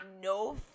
no